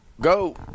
go